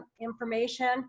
information